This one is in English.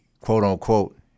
quote-unquote